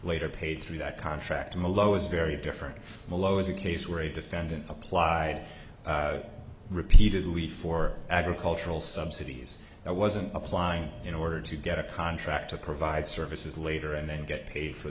later paid through that contract millo is very different from a low as a case where a defendant applied repeatedly for agricultural subsidies that wasn't applying in order to get a contract to provide services later and then get paid for